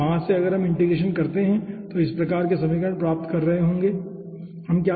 तो वहाँ से अगर हम इंटीग्रेशन करते हैं तो इस प्रकार के समीकरण प्राप्त होंगे ठीक है